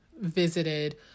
visited